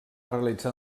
realitzar